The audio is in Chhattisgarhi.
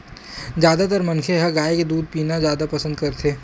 जादातर मनखे ह गाय के दूद पीना जादा पसंद करथे